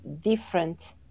different